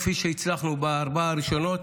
כפי שהצלחנו בארבע הראשונות,